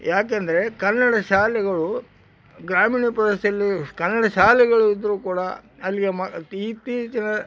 ಯಾಕಂದರೆ ಕನ್ನಡ ಶಾಲೆಗಳು ಗ್ರಾಮೀಣ ಪ್ರದೇಶದಲ್ಲಿ ಕನ್ನಡ ಶಾಲೆಗಳು ಇದ್ದರೂ ಕೂಡ ಅಲ್ಲಿಗೆ ಮ ತಿ ಇತ್ತೀಚಿನ